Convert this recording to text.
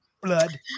blood